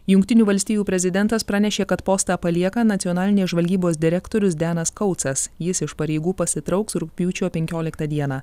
jungtinių valstijų prezidentas pranešė kad postą palieka nacionalinės žvalgybos direktorius denas kautsas jis iš pareigų pasitrauks rugpjūčio penkioliktą dieną